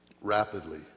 rapidly